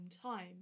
time